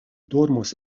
dormos